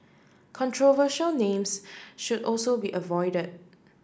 controversial names should also be avoided